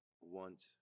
want